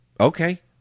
Okay